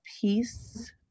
peace